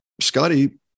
Scotty